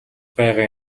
байгаа